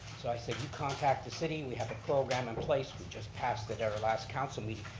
so i said you contact the city, we have a program in place. we just passed it at our last council meet,